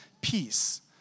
peace